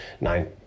Nine